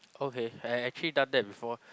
okay I actually done that before